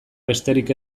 besterik